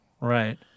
Right